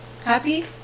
Happy